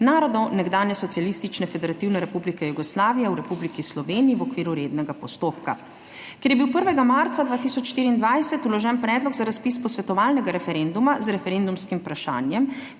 narodov nekdanje Socialistične federativne republike Jugoslavije v Republiki Sloveniji v okviru rednega postopka.** Ker je bil 1. marca 2024 vložen predlog za razpis posvetovalnega referenduma z referendumskim vprašanjem,